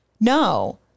no